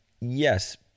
Yes